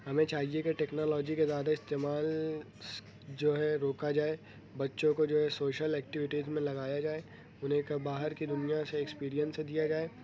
ہمیں چاہیے کہ ٹیکنالوجی کے زیادہ استعمال جو ہے روکا جائے بچوں کو جو ہے سوشل اکٹوٹیز میں لگایا جائے انہیں ایک باہر کی دنیا سے اکسپیرئنس دیا جائے